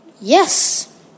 yes